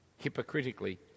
hypocritically